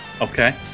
Okay